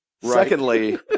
Secondly